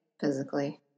physically